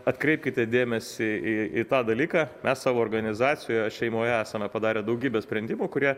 atkreipkite dėmesį į į tą dalyką mes savo organizacijoje šeimoje esame padarę daugybę sprendimų kurie